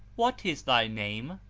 what is thy name?